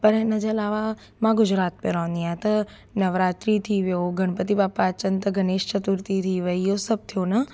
पर हिन जे अलावा मां गुजरात में रहंदी आहियां त नवरात्री थी वियो गणपति बापा अचनि त गणेश चतुर्थी थी वई इहो सभु थियो न